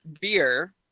beer